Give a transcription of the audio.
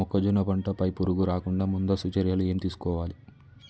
మొక్కజొన్న పంట పై పురుగు రాకుండా ముందస్తు చర్యలు ఏం తీసుకోవాలి?